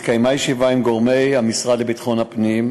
התקיימה ישיבה עם גורמי המשרד לביטחון הפנים,